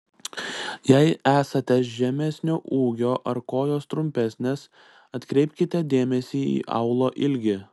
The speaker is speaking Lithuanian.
jei esate žemesnio ūgio ar kojos trumpesnės atkreipkite dėmesį į aulo ilgį